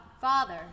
Father